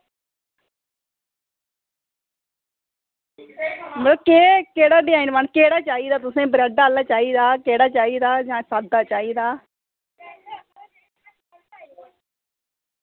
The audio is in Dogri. मतलब केह्ड़ा डिजाईन पाना मतलब केह्ड़ा चाहिदा तुसें ब्रैड आह्ला चाहिदा जां केह्ड़ा चाहिदा जां किस स्हाबै दा चाहिदा